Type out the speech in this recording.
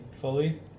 fully